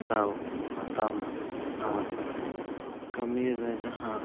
ᱫᱟᱣᱠᱚ ᱦᱟᱛᱟᱣ ᱢᱟ ᱟᱨ ᱠᱟᱹᱢᱤᱭᱟᱹᱨᱮ ᱡᱟᱦᱟᱸ